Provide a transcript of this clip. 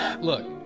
Look